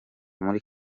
muri